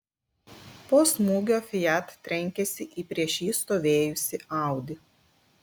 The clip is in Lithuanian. po smūgio fiat trenkėsi į prieš jį stovėjusį audi